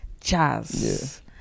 jazz